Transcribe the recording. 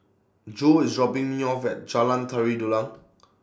Jo IS dropping Me off At Jalan Tari Dulang